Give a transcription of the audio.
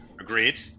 Agreed